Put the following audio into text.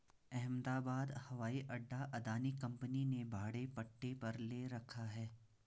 अहमदाबाद हवाई अड्डा अदानी कंपनी ने भाड़े पट्टे पर ले रखा है